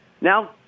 Now